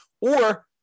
Or-